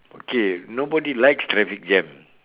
okay nobody likes traffic jam